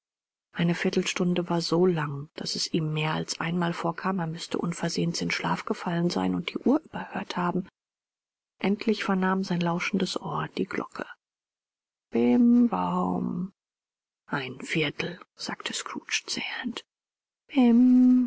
die viertelstunde war so lang daß es ihm mehr als einmal vorkam er müßte unversehens in schlaf gefallen sein und die uhr überhört haben endlich vernahm sein lauschendes ohr die glocke bim baum ein viertel sagte scrooge zählend